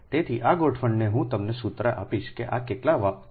તેથી આ ગોઠવણી હું તમને સૂત્ર આપીશ કે આ કેટલા વાહક છે